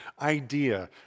idea